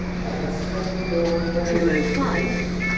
i have set the lord always before me,